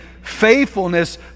faithfulness